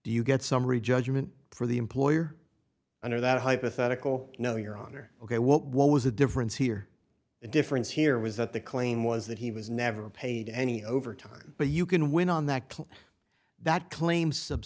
do you get summary judgment for the employer under that hypothetical no your honor ok what what was the difference here the difference here was that the claim was that he was never paid any overtime but you can win on that claim that claim sub